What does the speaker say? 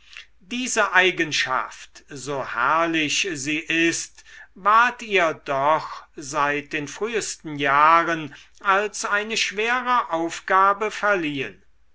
diese eigenschaft so herrlich sie ist ward ihr doch seit den frühsten jahren als eine schwere aufgabe verliehen